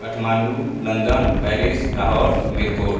Kathmandu London Paris Lahore Mirpur